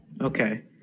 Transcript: Okay